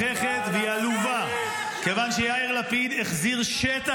ולמה הוא לא מבטל את ההסכם?